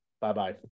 Bye-bye